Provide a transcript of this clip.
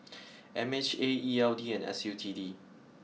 M H A E L D and S U T D